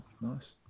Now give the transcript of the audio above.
nice